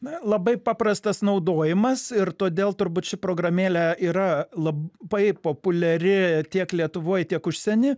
na labai paprastas naudojimas ir todėl turbūt ši programėlė yra labai populiari tiek lietuvoj tiek užsieny